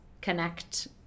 connect